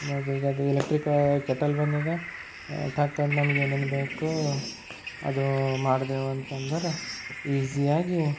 ನೋಡ್ರಿ ಈಗ ಅದು ಎಲೆಕ್ಟ್ರಿಕ್ ಕೆಟಲ್ ಬಂದದ ಟಕ್ ಅಂತ ನಮ್ಗೆ ಏನೇನು ಬೇಕು ಅದು ಮಾಡ್ದೆವು ಅಂತ ಅಂದರೆ ಈಜಿಯಾಗಿ